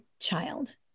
Child